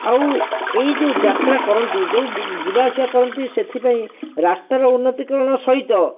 ଆଉ ଏହି ଯେଉଁ ଯାତ୍ରା କରନ୍ତି ଯେଉଁ ଯିବା ଆସିବା କରନ୍ତି ସେଥିପାଇଁ ରାସ୍ତାର ଉନ୍ନତିକରଣ ସହିତ